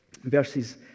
Verses